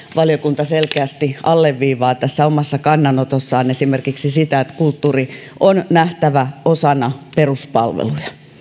valiokunta selkeästi alleviivaa omassa kannanotossaan esimerkiksi sitä että kulttuuri on nähtävä osana peruspalveluja